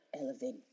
elevate